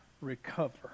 recover